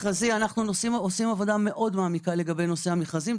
אנחנו עושים עבודה מאוד מעמיקה בנושא המכרזים.